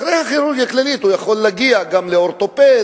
אחרי כירורגיה כללית הוא יכול להגיע גם לאורתופד,